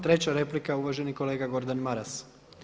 Treća replika uvaženi kolega Gordan Maras.